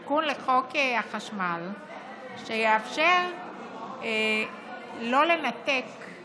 אביא תיקון לחוק החשמל שיאפשר לא לנתק את